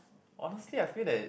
honestly I feel they